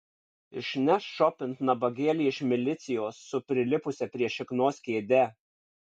išneš šopint nabagėlį iš milicijos su prilipusia prie šiknos kėde